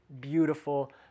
beautiful